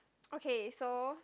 okay so